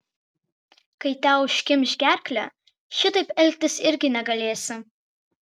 kai tau užkimš gerklę šitaip elgtis irgi negalėsi